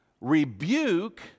rebuke